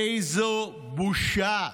איזו בושה.